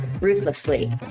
ruthlessly